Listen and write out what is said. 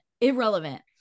Irrelevant